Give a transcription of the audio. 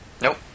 Nope